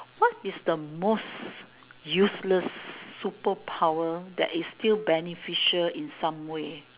what is the most useless superpower that is still beneficial in some way